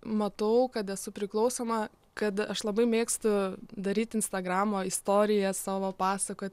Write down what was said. matau kad esu priklausoma kad aš labai mėgstu daryt instagramo istoriją savo pasakot